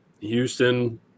Houston